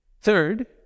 Third